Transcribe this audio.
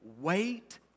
wait